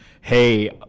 Hey